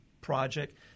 project